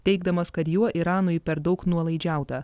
teigdamas kad juo iranui per daug nuolaidžiauta